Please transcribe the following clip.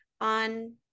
on